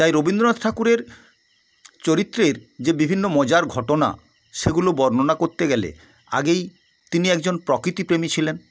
তাই রবীন্দ্রনাথ ঠাকুরের চরিত্রের যে বিভিন্ন মজার ঘটনা সেগুলো বর্ণনা করতে গেলে আগেই তিনি একজন প্রকৃতিপ্রেমী ছিলেন